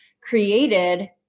created